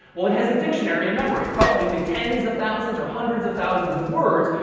well, it has a dictionary in memory, probably with tens of thousands or hundreds of thousands of words.